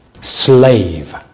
slave